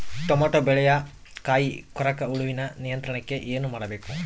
Tomato ಬೆಳೆಯ ಕಾಯಿ ಕೊರಕ ಹುಳುವಿನ ನಿಯಂತ್ರಣಕ್ಕೆ ಏನು ಮಾಡಬೇಕು?